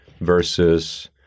versus